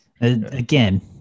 again